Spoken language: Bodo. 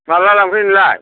माब्ला लांफैनो नोंलाय